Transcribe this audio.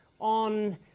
on